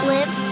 Live